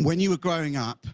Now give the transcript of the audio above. when you were growing up